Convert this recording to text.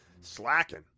slacking